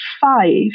five